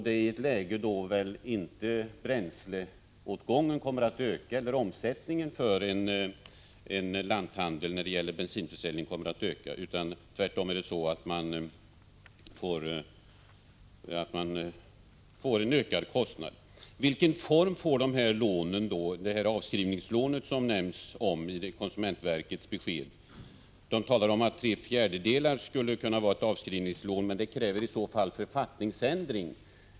Det är då i ett läge när bensinförsäljningen vid en lanthandel inte kommer att öka. Vilken form får det avskrivningslån som nämns i konsumentverkets besked? Det talas om att tre fjärdedelar skulle kunna vara avskrivningslån, men det kräver i så fall författningsändring.